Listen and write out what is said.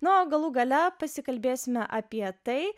na o galų gale pasikalbėsime apie tai